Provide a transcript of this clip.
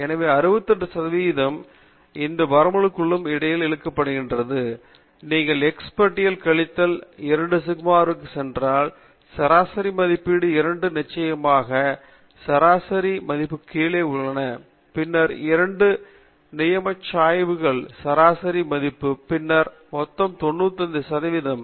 எனவே 68 சதவிகிதம் இந்த இரு வரம்புகளுக்கு இடையில் இழுக்கப்படுகிறது நீங்கள் x பட்டியில் கழித்தல் 2 சிக்மாவிற்கு சென்றால் சராசரி மதிப்பில் இரண்டு நியமச்சாய்வுகள் சராசரி மதிப்புக்கு கீழே உள்ளன பின்னர் இரண்டு நியமச்சாய்வுகளை சராசரி மதிப்பு பின்னர் மொத்த பகுதியில் 95 சதவீதம்